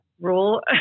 rule